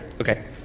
Okay